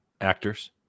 actors